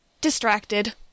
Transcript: distracted